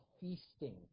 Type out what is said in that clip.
feasting